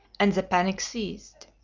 and the panic ceased.